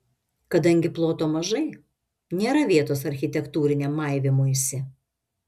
kadangi ploto mažai nėra vietos architektūriniam maivymuisi